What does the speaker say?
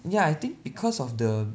ya I think because of the